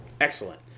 Excellent